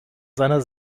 seiner